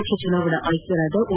ಮುಖ್ಯ ಚುನಾವಣಾ ಆಯುಕ್ತ ಓ